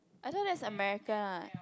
I thought that's American [what]